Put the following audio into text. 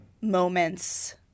moments